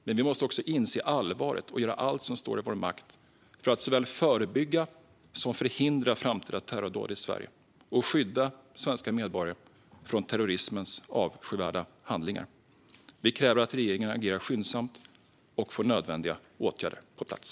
Men vi måste också inse allvaret och göra allt som står i vår makt för att såväl förebygga som förhindra framtida terrordåd i Sverige och skydda svenska medborgare från terrorismens avskyvärda handlingar. Vi kräver att regeringen agerar skyndsamt och får nödvändiga åtgärder på plats.